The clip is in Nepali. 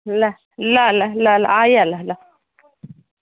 ल ल ल ल ल आइहाल ल